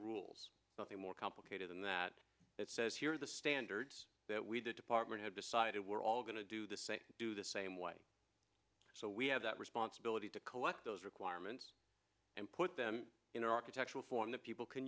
rules something more complicated than that it says here the standards that we did department have decided we're all going to do the same do the same way so we have that responsibility to collect those requirements and put them in architectural form that people can